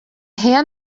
hand